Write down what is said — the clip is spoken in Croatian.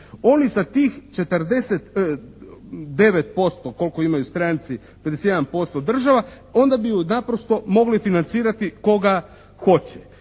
Oni sa tih 49% koliko imaju u stranci, 51% država onda bi ju naprosto mogli financirati koga hoće.